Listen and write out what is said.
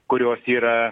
kurios yra